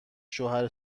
شوهر